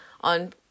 on